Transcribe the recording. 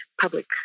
public